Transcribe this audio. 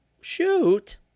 Shoot